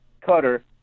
cutter